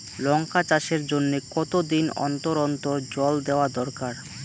লঙ্কা চাষের জন্যে কতদিন অন্তর অন্তর জল দেওয়া দরকার?